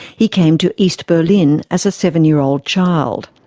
he came to east berlin as a seven year old child.